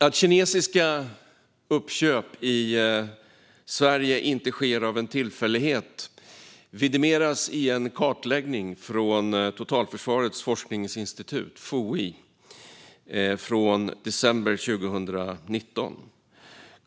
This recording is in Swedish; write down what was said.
Att kinesiska uppköp i Sverige inte sker av en tillfällighet vidimeras i en kartläggning från Totalförsvarets forskningsinstitut, FOI, från december 2019.